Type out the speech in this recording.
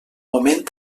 moment